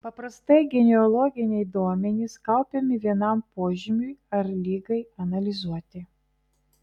paprastai genealoginiai duomenys kaupiami vienam požymiui ar ligai analizuoti